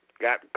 Got